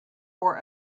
for